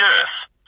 earth